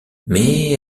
mais